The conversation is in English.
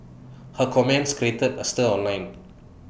her comments created A stir online